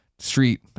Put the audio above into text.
street